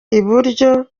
iburyo